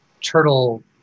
Turtle